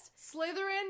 Slytherin